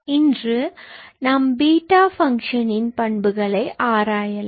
இன்று நாம் பீட்டா ஃபங்ஷனின் பண்புகளை ஆராயலாம்